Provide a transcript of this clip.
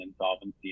insolvency